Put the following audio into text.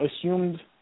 assumed